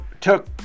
took